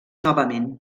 novament